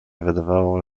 wydało